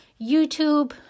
YouTube